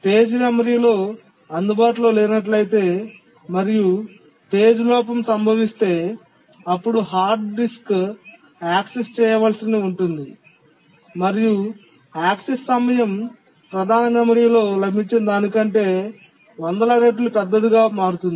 page మెమరీలో అందుబాటులో లేనట్లయితే మరియు పేజీ లోపం సంభవిస్తే అప్పుడు హార్డ్ డిస్క్ యాక్సెస్ చేయవలసి ఉంటుంది మరియు యాక్సెస్ సమయం ప్రధాన మెమరీలో లభించిన దానికంటే వందల రెట్లు పెద్దదిగా మారుతుంది